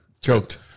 choked